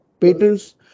patents